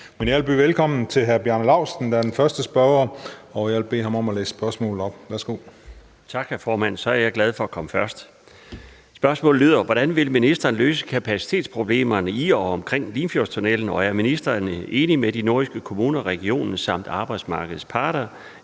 Værsgo for oplæsning af spørgsmålet. Kl. 16:32 Bjarne Laustsen (S): Tak, hr. formand. Så er jeg glad for at komme først. Spørgsmålet lyder: Hvordan vil ministeren løse kapacitetsproblemerne i og omkring Limfjordstunnellen, og er ministeren enig med de nordjyske kommuner og regionen samt arbejdsmarkedets parter